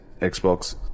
Xbox